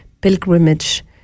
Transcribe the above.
pilgrimage